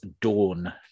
Dawn